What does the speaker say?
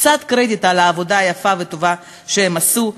קצת קרדיט על העבודה היפה והטובה שהם עשו.